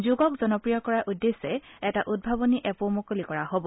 যোগক জনপ্ৰিয় কৰাৰ উদ্দেশ্যে এটা উদ্ভাৱনী এপো মুকলি কৰা হ'ব